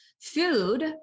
food